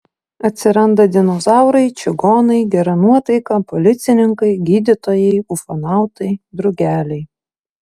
atsiranda dinozaurai čigonai gera nuotaika policininkai gydytojai ufonautai drugeliai